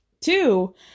two